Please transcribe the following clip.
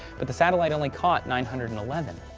but the sat like only caught nine hundred and eleven.